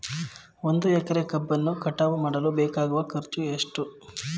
ಒಂದು ಎಕರೆ ಕಬ್ಬನ್ನು ಕಟಾವು ಮಾಡಲು ಬೇಕಾಗುವ ಖರ್ಚು ಎಷ್ಟು?